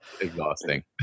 Exhausting